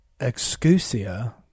Excusia